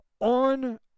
on